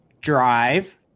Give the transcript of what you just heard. Drive